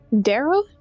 Darrow